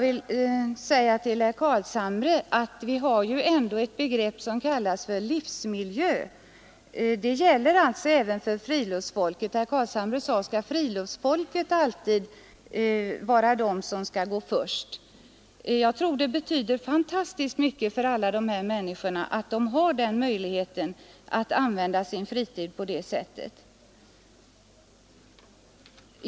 Vi har ändå ett begrepp som kallas livsmiljö, herr Carlshamre, och det gäller även för friluftsfolket. Herr Carlshamre frågade: Skall friluftsfolket alltid gå först? Jag tror att det betyder fantastiskt mycket för alla de människor som utnyttjar Näsetområdet att de har möjligheten att använda sin fritid på det sättet.